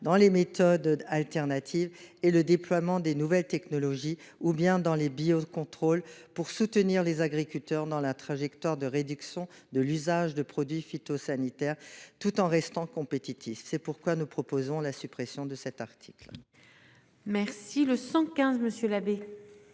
dans les méthodes alternatives, le déploiement des nouvelles technologies ou les biocontrôles, pour soutenir les agriculteurs dans la trajectoire de réduction de l'usage des produits phytosanitaires, tout en préservant leur compétitivité. C'est pourquoi nous proposons la suppression de cet article. La parole est à M.